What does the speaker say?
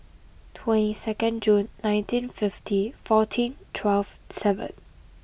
twenty second June nineteen fifty fourteen twelve seven